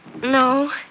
No